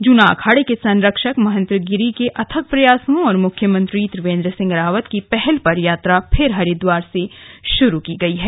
जूना अखाड़े के संरक्षक महंत गिरी के अथक प्रयासों और मुख्यमंत्री त्रिवेंद सिंह रावत की पहल पर यात्रा फिर हरिद्वार से शुरू की गई है